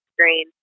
screen